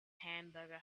hamburger